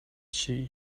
she